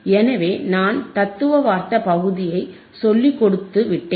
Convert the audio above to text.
எனவே நான் தத்துவார்த்த பகுதியை சொல்லிக்கொடுத்துவிட்டேன்